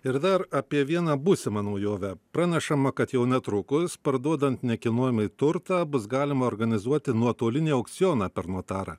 ir dar apie vieną būsimą naujovę pranešama kad jau netrukus parduodant nekilnojamąjį turtą bus galima organizuoti nuotolinį aukcioną per notarą